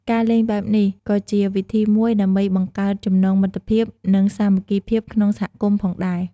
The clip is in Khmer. ការលេងបែបនេះក៏ជាវិធីមួយដើម្បីបង្កើតចំណងមិត្តភាព និងសាមគ្គីភាពក្នុងសហគមន៍ផងដែរ។